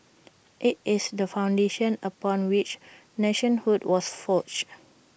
IT is the foundation upon which nationhood was forged